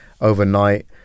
overnight